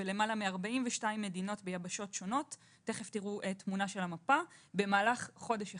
בלמעלה מ-42 מדינות ביבשות שונות במהלך חודש אחד.